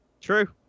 True